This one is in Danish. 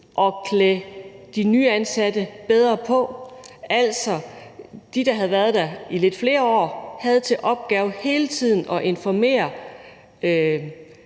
at klæde de nyansatte bedre på, altså, de, der havde været der i lidt flere år, havde over lang tid til opgave hele tiden at informere